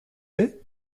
est